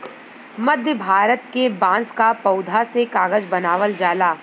मध्य भारत के बांस क पौधा से कागज बनावल जाला